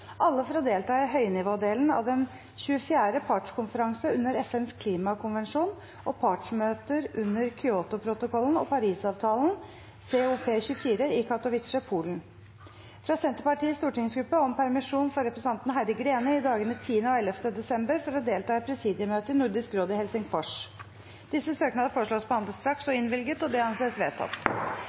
alle for å delta i høynivådelen av den 24. partskonferanse under FNs klimakonvensjon og partsmøter under Kyotoprotokollen og Parisavtalen, COP24, i Katowice, Polen fra Senterpartiets stortingsgruppe om permisjon for representanten Heidi Greni i dagene 10. og 11. desember for å delta i presidiemøtet i Nordisk råd i Helsingfors. Disse søknader foreslås behandlet straks og innvilget. – Det anses vedtatt.